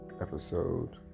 episode